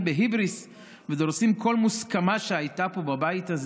בהיבריס ודורסים כל מוסכמה שהייתה פה בבית הזה.